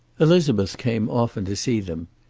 elizabeth came often to see them.